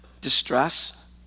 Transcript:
distress